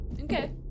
Okay